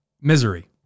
misery